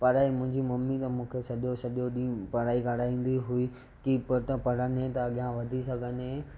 पर मुंहिंजी मम्मी त मूंखे सॼो सॼो ॾींहुं पढ़ाई कराईंदी हुई की पुटु पढ़ंदे त अॻियां वधी सघंदे